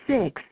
Six